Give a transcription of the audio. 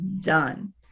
done